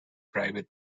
private